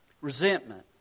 resentment